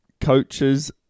Coaches